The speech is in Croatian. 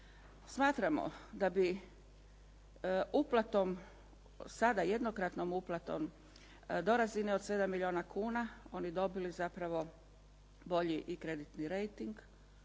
Smatramo da bi jednokratnom uplatom do razine od 7 milijuna kuna oni dobili zapravo bolji i kreditni rejting,